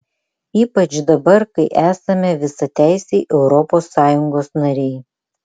ypač dabar kai esame visateisiai europos sąjungos nariai